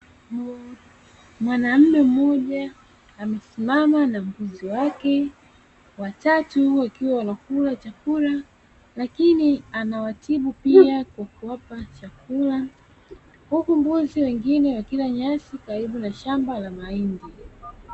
Mwanaume mmoja amesimama na mbuzi wake watatu wakiwa wanakula chakula lakini anawatibu pia kwa kuwapa chakula, huku mbuzi wengine wakila nyasi karibu na shamba la mahindi.